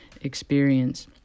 experience